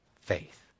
faith